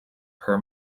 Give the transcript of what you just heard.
per